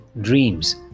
dreams